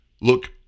look